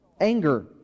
Anger